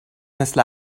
مثل